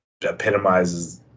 epitomizes